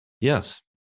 Yes